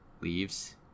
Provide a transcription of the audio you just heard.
leaves